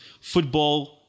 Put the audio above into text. football